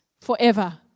forever